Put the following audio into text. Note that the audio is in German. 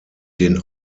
den